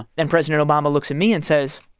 and president obama looks at me and says,